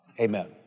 Amen